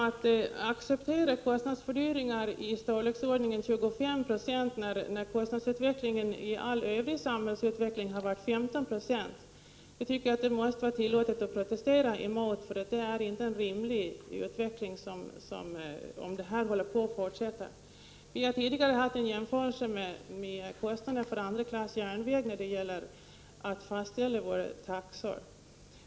Att man accepterar kostnadsfördelningar på i storleksordningen 25 96, när kostnadsutvecklingen i all övrig samhällsutveckling har varit 15 96, måste det vara tillåtet att protestera emot. Det är inte rimligt att det får fortsätta på det sättet. Tidigare hade vi en jämförelse med kostnaden för andra klass järnväg då det gällde att fastställa våra taxor.